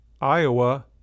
iowa